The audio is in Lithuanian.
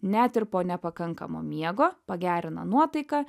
net ir po nepakankamo miego pagerina nuotaiką